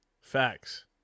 Facts